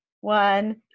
one